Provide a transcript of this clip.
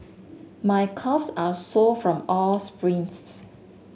my calves are sore from all the sprints